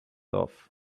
off